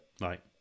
Right